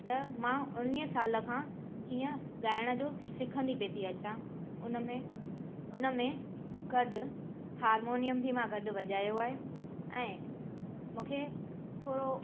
त मां उणिवीह साल खां हीअं ॻाइण जो सिखंदी पए थी अचां उन में उन में गॾु हार्मोनियम बि मां गॾु वॼायो आहे ऐं मूंखे थोरो